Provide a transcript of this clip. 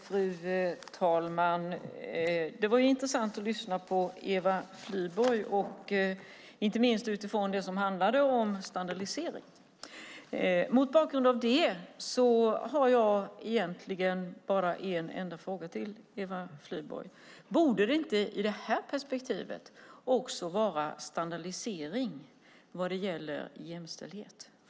Fru talman! Det var intressant att lyssna på Eva Flyborg, inte minst det som handlade om standardisering. Mot bakgrund av det har jag egentligen bara en enda fråga till Eva Flyborg. Borde det inte ur det här perspektivet också vara standardisering vad det gäller jämställdhet?